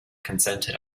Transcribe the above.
consented